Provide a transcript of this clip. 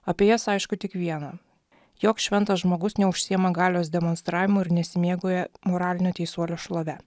apie jas aišku tik viena joks šventas žmogus neužsiima galios demonstravimu ir nesimėgauja moralinio teisuolio šlove